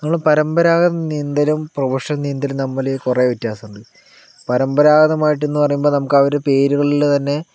നമ്മളെ പരമ്പരാഗത നീന്തലും പ്രൊഫഷണൽ നീന്തലും തമ്മിൽ കുറേ വ്യത്യാസമുണ്ട് പരമ്പരാഗതമായിട്ടെന്ന് പറയുമ്പോൾ നമുക്ക് ആ ഒരു പേരുകളിൽ തന്നെ